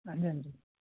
ਹਾਂਜੀ ਹਾਂਜੀ